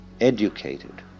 educated